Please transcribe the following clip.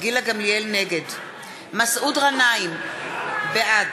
נגד מסעוד גנאים, בעד